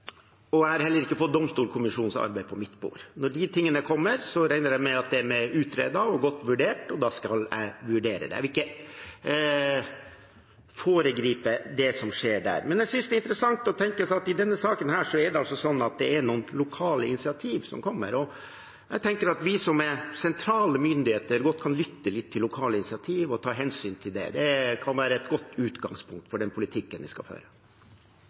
Jeg har heller ikke fått Domstolkommisjonens arbeid på mitt bord. Når de kommer, regner jeg med at de er utredet og godt vurdert, og da skal jeg vurdere det. Jeg vil ikke foregripe det som skjer der. Men jeg synes det er interessant å tenke at det kommer noen lokale initiativ i denne saken. Jeg tenker at vi som er sentrale myndigheter, godt kan lytte litt til lokale initiativ og ta hensyn til dem. Det kan være et godt utgangspunkt for den politikken vi skal føre.